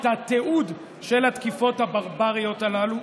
את התיעוד של התקיפות הברבריות הללו.